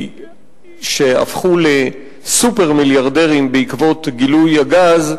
שהפכו לסופר-מיליארדרים בעקבות גילוי הגז,